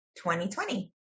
2020